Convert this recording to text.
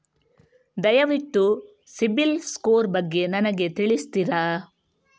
ದಯವಿಟ್ಟು ಸಿಬಿಲ್ ಸ್ಕೋರ್ ಬಗ್ಗೆ ನನಗೆ ತಿಳಿಸ್ತಿರಾ?